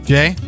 Jay